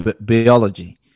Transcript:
biology